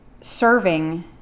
serving